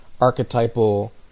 archetypal